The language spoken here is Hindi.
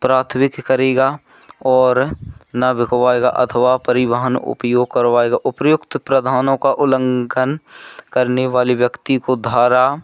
प्राकृत करेगा और न बिकवाएगा अथवा परिवहन उपियोग करवाएगा उपर्युक्त प्रावधानों का उल्लंघन करने वाले व्यक्ति को धारा